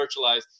virtualized